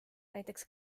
näiteks